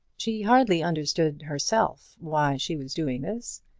she hardly understood, herself, why she was doing this.